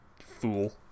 fool